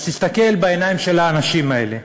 אז תסתכל בעיניים של האנשים האלה,